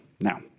Now